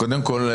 קודם כול,